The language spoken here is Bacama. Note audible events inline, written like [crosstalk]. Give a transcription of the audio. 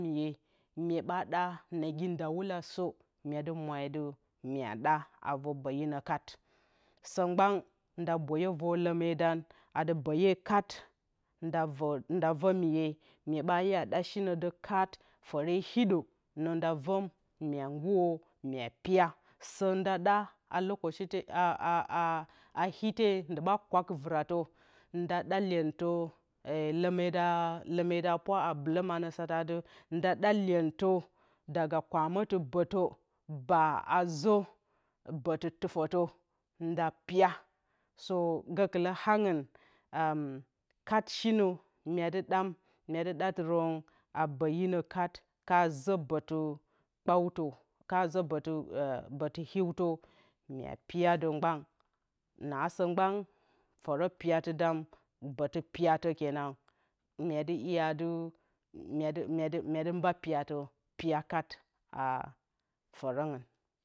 Mya mye badaa nagi ndawulasǝ yedɨ myadɨ mya ɗa a vǝr bǝyinǝ katsǝ mgban nda bǝyǝ vǝr lǝmedan bǝye kat nda vǝ miye mye ɓa iya ɗa shinǝdǝ kat fǝre hɨdǝ nǝ nda vǝm mye ngurǝ mye piya sǝ nda ɗa a lokaci [hesitation] ite ndǝ ɓa kwak vɨratǝ dǝ, nda ɗa lyentǝ [hesitation] lǝmedan lǝmeda pwa a bɨlǝm anǝ sata dǝ nda ɗa lyentǝdaga kwamǝtɨ bǝtǝ baa azǝ bǝtɨ tufǝtǝnda piyaso gǝkɨlǝ angɨn [hesitation] kat shinǝ yedɨ ɗam myedɨ ɗatɨrǝn a bǝyinǝ kat ka zǝ bǝtɨ kpautǝ ka ǝ bǝtɨ hiutǝnda piyadǝ mgban nasǝ mgban fǝrǝ piyatɨdan bǝtɨ piyatǝ kenen myedɨ iya dɨ mba piyatǝ piya kat a fǝrǝngɨn